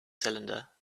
cylinder